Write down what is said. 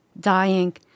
Dying